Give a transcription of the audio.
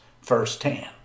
firsthand